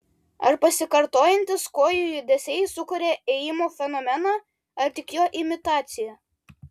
ar pasikartojantys kojų judesiai sukuria ėjimo fenomeną ar tik jo imitaciją